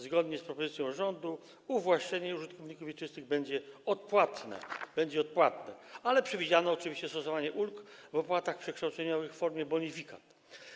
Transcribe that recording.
Zgodnie z propozycją rządu uwłaszczenie użytkowników wieczystych będzie odpłatne, ale przewidziano oczywiście stosowanie ulg w opłatach przekształceniowych w formie bonifikat.